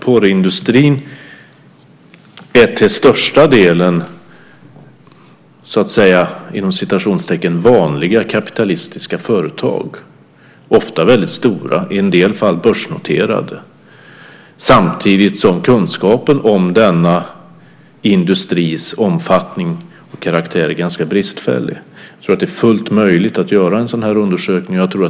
Porrindustrin består till största delen av "vanliga" kapitalistiska företag, ofta väldigt stora, i en del fall börsnoterade. Samtidigt är kunskapen om denna industris omfattning och karaktär ganska bristfällig. Jag tror att det är fullt möjligt att göra en sådan undersökning.